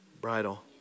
bridle